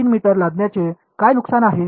3 metre लादण्याने काय नुकसान आहे